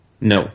No